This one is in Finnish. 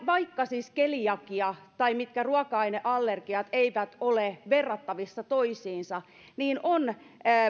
vaikka keliakia tai mitkään ruoka aineallergiat eivät ole verrattavissa toisiinsa että on